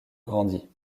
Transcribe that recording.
grandit